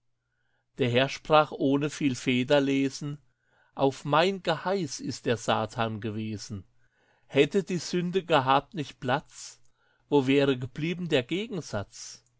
der herr sprach ohne viel federlesen auf mein geheiß ist er satan gewesen hätte die sünde gehabt nicht platz wo wäre geblieben der gegensatz